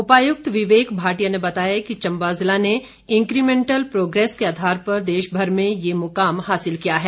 उपायुक्त विवेक भाटिया ने बताया कि चम्बा जिला ने इंक्रीमेंटल प्रोग्रेस के आधार पर देशभर में ये मुकाम हासिल किया है